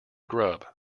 grub